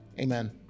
Amen